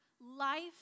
life